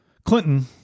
Clinton